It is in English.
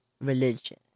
religion